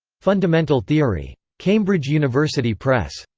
fundamental theory. cambridge university press.